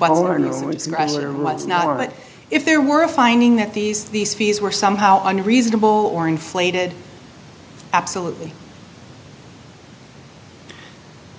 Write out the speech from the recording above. that if there were a finding that these these fees were somehow unreasonable or inflated absolutely